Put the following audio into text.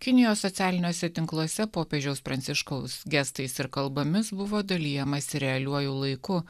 kinijos socialiniuose tinkluose popiežiaus pranciškaus gestais ir kalbomis buvo dalijamasi realiuoju laiku